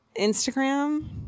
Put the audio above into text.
Instagram